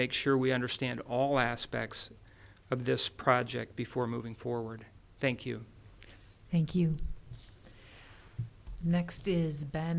make sure we understand all aspects of this project before moving forward thank you thank you next is b